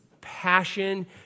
passion